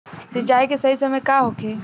सिंचाई के सही समय का होखे?